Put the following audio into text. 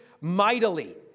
mightily